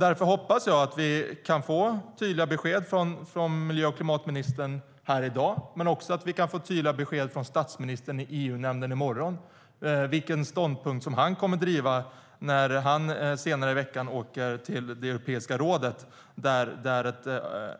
Därför hoppas jag att vi kan få tydliga besked från miljö och klimatministern här i dag men också att vi kan få tydliga besked från statsministern i EU-nämnden i morgon när det gäller vilken ståndpunkt han kommer att driva när han senare i veckan åker till Europeiska rådet, där en